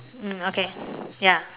mm okay ya